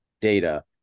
data